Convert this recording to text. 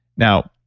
now,